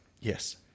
Yes